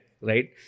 right